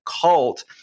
cult